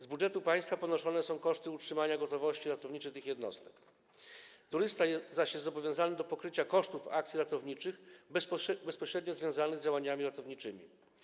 Z budżetu państwa ponoszone są koszty utrzymania gotowości ratowniczej tych jednostek, zaś turysta jest zobowiązany do pokrycia kosztów akcji ratowniczych bezpośrednio związanych z działaniami ratowniczymi.